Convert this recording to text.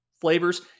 Flavors